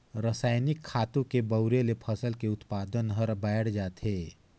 रसायनिक खातू के बउरे ले फसल के उत्पादन हर बायड़ जाथे